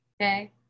okay